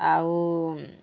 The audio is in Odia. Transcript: ଆଉ